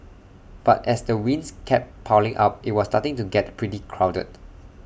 but as the wins kept piling up IT was starting to get pretty crowded